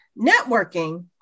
networking